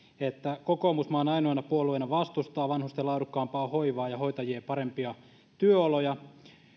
että kokoomus maan ainoana puolueena vastustaa vanhusten laadukkaampaa hoivaa ja hoitajien parempia työoloja